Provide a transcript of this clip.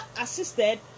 assisted